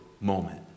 moment